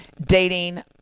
dating